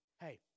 Hey